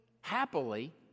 happily